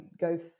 go